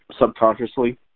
subconsciously